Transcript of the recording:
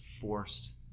forced